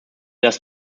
das